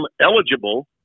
eligible